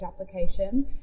application